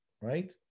right